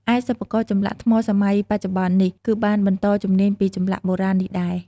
ឯសិប្បករចម្លាក់ថ្មសម័យបច្ចុប្បន្ននេះ គឺបានបន្តជំនាញពីចម្លាក់បុរាណនេះឯង។